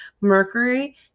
Mercury